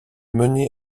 mener